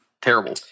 terrible